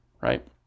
right